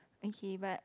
okay but